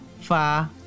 Far